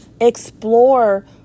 Explore